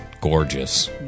gorgeous